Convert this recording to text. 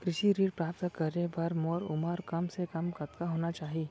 कृषि ऋण प्राप्त करे बर मोर उमर कम से कम कतका होना चाहि?